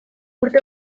urte